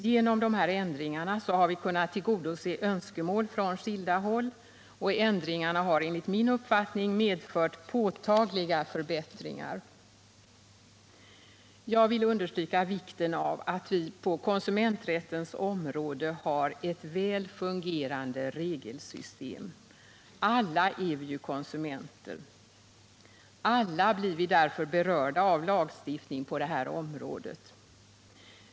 Genom dessa ändringar har vi kunnat tillgodose önskemål från skilda håll, och ändringarna har enligt min uppfattning medfört påtagliga förbättringar. Jag vill understryka vikten av att vi på konsumenträttens område har ett väl fungerande regelsystem. Alla är vi ju konsumenter, och alla blir vi därför berörda av lagstiftningen på detta område.